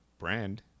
brand